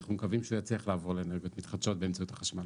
אנחנו מקווים שהוא יצליח לעבור לאנרגיות מתחדשות באמצעות החשמל.